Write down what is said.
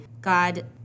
God